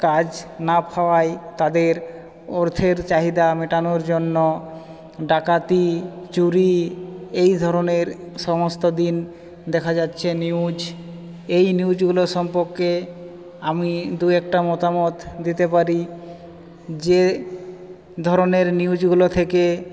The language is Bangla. কাজ না পাওয়ায় তাদের অর্থের চাহিদা মেটানোর জন্য ডাকাতি চুরি এইধরনের সমস্ত দিন দেখা যাচ্ছে নিউজ এই নিউজগুলো সম্পর্কে আমি দু একটা মতামত দিতে পারি যে ধরনের নিউজগুলো থেকে